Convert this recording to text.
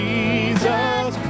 Jesus